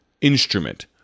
instrument